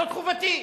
זאת חובתי.